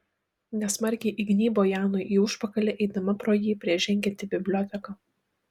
nesmarkiai įgnybo janui į užpakalį eidama pro jį prieš žengiant į biblioteką